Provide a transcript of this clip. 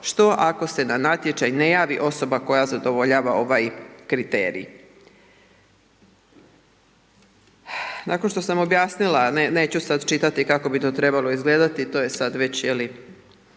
što ako se na natječaj ne javi osoba koja zadovoljava ovaj kriterij. Nakon što sam objasnila, neću sad čitati kao bi to trebalo izgledati to je sad već nešto